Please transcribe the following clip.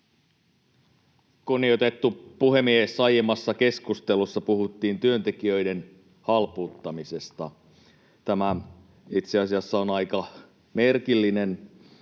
Kunnioitettu puhemies! Aiemmassa keskustelussa puhuttiin työntekijöiden halpuuttamisesta. Tämä itse asiassa on aika merkillinen